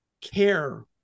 care